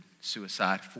suicide